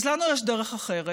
אז לנו יש דרך אחרת,